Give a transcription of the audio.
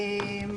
כן.